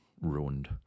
ruined